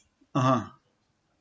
(uh huh)